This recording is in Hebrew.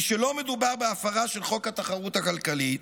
שלא מדובר בהפרה של חוק התחרות הכלכלית,